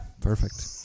perfect